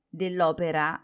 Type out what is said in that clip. dell'opera